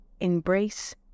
Embrace